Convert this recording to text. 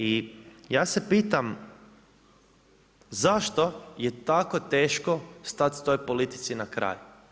I ja se pitam zašto je tako teško stat toj politici na kraj?